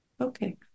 Okay